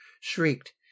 shrieked